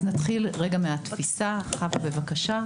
אז נתחיל רגע מהתפיסה, חוה, בבקשה.